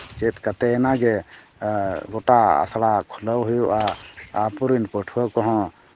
ᱪᱮᱫ ᱠᱟᱛᱮᱭᱮᱱᱟᱜᱮ ᱜᱚᱴᱟ ᱟᱥᱲᱟ ᱠᱩᱞᱟᱹᱣ ᱦᱩᱭᱩᱜᱼᱟ ᱟᱵᱚᱨᱤᱱ ᱯᱷᱟᱹᱴᱣᱟᱹ ᱠᱚᱦᱚᱸ